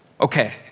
Okay